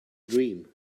dream